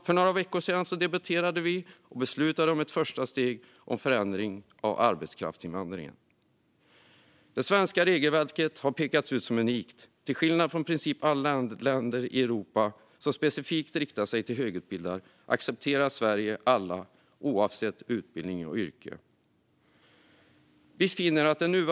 För några veckor sedan debatterade vi och beslutade om ett första steg i en förändring av arbetskraftsinvandringen. Det svenska regelverket har pekats ut som unikt. Till skillnad från i princip alla andra länder i Europa, som specifikt riktar sig till högutbildade, accepterar Sverige alla oavsett utbildning och yrke.